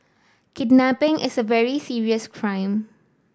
kidnapping is a very serious crime